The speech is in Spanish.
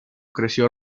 creció